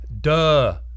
Duh